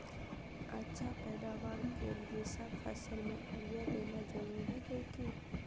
अच्छा पैदावार के लिए सब फसल में यूरिया देना जरुरी है की?